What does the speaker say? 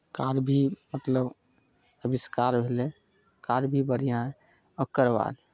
car भी मतलब आविष्कार भेलै कार भी बढ़िआँ हइ ओकर बाद